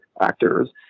actors